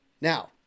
Now